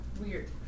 weird